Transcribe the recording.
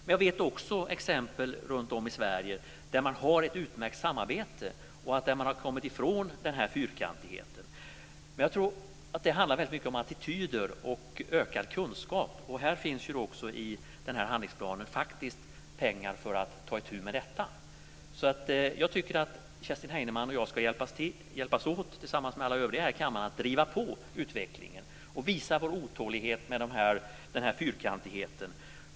Men jag vet också exempel runtom i Sverige där man har ett utmärkt samarbete och där man har kommit ifrån fyrkantigheten. Jag tror att det väldigt mycket handlar om attityder och ökad kunskap. I handlingsplanen finns också pengar för att ta itu med detta. Jag tycker att Kerstin Heinemann och jag ska hjälpas åt, tillsammans med alla övriga här i kammaren, att driva på utvecklingen och visa vår otålighet med den här fyrkantigheten.